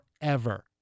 forever